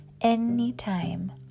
Anytime